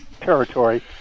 territory